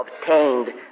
obtained